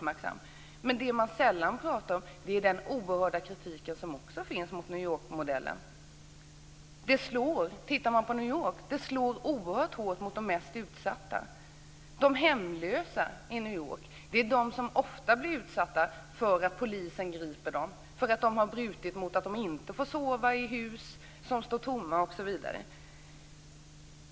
Men det man sällan pratar om är den kritik som framförs mot modellen. New York-modellen slår oerhört hårt mot de mest utsatta. De hemlösa i New York är de som oftast blir gripna av polisen, därför att de har sovit i hus som står tomma osv.